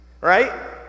right